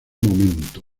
momento